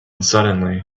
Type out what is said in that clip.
suddenly